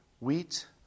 wheat